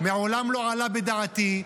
מעולם לא עלה בדעתי,